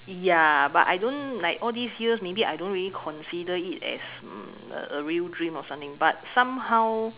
ya but I don't like all these years maybe I don't really consider it as mm a real dream or something but somehow